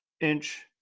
inch